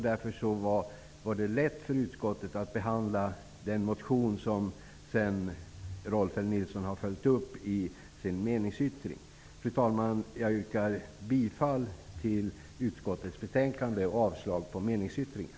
Därför var det lätt för utskottet att behandla den motion som Rolf L Nilson sedan följt upp i sin meningsyttring. Fru talman! Jag yrkar bifall till utskottets hemställan och avslag på meningsyttringen.